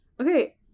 okay